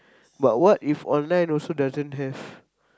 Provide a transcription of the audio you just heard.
but what if online also doesn't have